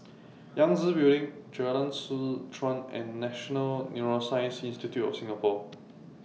Yangtze Building Jalan Seh Chuan and National Neuroscience Institute of Singapore